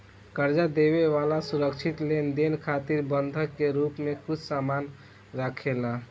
कर्जा देवे वाला सुरक्षित लेनदेन खातिर बंधक के रूप में कुछ सामान राखेला